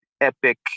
epic